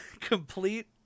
Complete